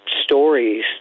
stories